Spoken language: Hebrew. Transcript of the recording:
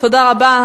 תודה רבה.